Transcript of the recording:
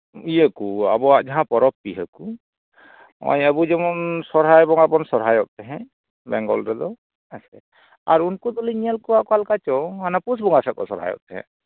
ᱤᱭᱟᱹ ᱠᱚ ᱟᱵᱚᱣᱟᱜ ᱡᱟᱦᱟᱸ ᱯᱚᱨᱚᱵᱽ ᱯᱤᱦᱟᱹ ᱠᱚ ᱦᱚᱸᱜᱼᱚᱭ ᱟᱵᱚ ᱡᱮᱢᱚᱱ ᱥᱟᱨᱦᱟᱭ ᱵᱟᱸᱜᱟ ᱵᱚᱱ ᱥᱚᱨᱦᱟᱭᱚᱜ ᱛᱟᱦᱮᱸ ᱵᱮᱝᱜᱚᱞ ᱨᱮᱫᱚ ᱦᱮᱸᱥᱮ ᱟᱨ ᱩᱱᱠᱩ ᱫᱚᱞᱤᱧ ᱧᱮᱞ ᱠᱚᱣᱟ ᱚᱠᱟ ᱞᱮᱠᱟ ᱪᱚᱝ ᱚᱱᱟ ᱯᱩᱥ ᱵᱚᱸᱜᱟ ᱥᱮᱫ ᱠᱚ ᱥᱚᱨᱦᱟᱭᱚᱜ ᱛᱟᱦᱮᱸᱫ